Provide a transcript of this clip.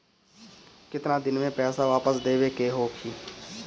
केतना दिन में पैसा वापस देवे के होखी?